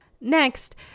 Next